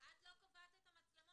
את לא קובעת את המצלמות,